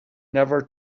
never